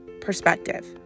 Perspective